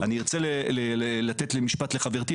ארצה לתת לחברתי,